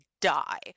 die